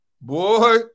boy